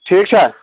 ٹھیٖک چھا